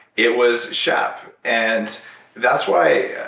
it was shep. and that's why